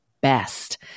best